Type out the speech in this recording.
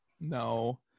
No